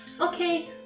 Okay